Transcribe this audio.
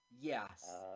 Yes